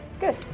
good